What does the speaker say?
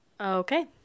Okay